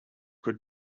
could